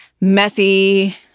messy